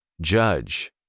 Judge